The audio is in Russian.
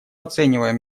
оцениваем